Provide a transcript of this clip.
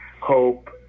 hope